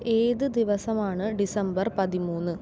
ഏത് ദിവസമാണ് ഡിസംബർ പതിമൂന്ന്